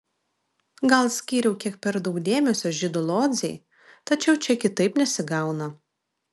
gal skyriau kiek per daug dėmesio žydų lodzei tačiau čia kitaip nesigauna